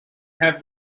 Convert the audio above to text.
have